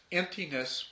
emptiness